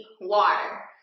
water